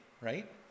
right